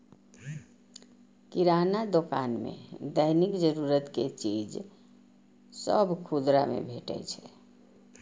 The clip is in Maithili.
किराना दोकान मे दैनिक जरूरत के चीज सभ खुदरा मे भेटै छै